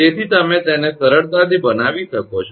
તેથી તમે તેને સરળતાથી બનાવી શકો છો